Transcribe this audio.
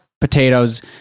potatoes